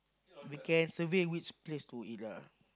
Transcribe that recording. we can survey which place to eat lah